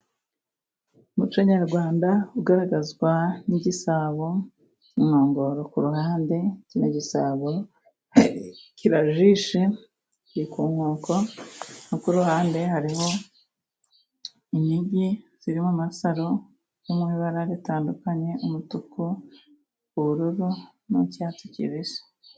Umuco nyarwanda ugaragazwa n'igisabo, inkongoro ku ruhande, igisabo kirajishe kiri nkoko no ku ruhande hari inigi zirimo amasaro mu ibara ritandukanye umutuku ,ubururu n'icyatsi kibisi.